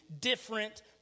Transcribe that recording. different